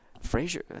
Fraser